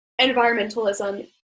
environmentalism